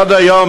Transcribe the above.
עד היום,